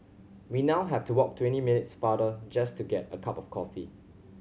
we now have to walk twenty minutes farther just to get a cup of coffee